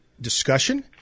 discussion